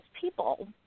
people